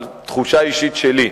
אבל תחושה אישית שלי.